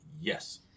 Yes